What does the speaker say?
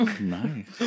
Nice